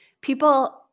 people